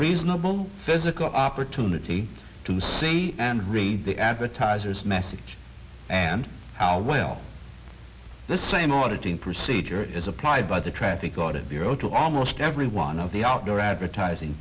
reasonable physical opportunity to see and read the advertisers message and how well the same on the team procedure is applied by the traffic audit bureau to almost every one of the outdoor advertising